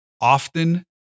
often